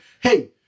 hey